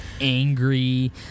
angry